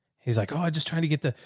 he's like, oh, i just tried to get the,